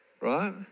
right